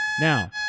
Now